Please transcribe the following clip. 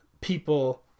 people